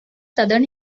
southern